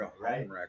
right